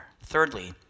Thirdly